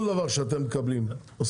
כל דבר שאתם עושים,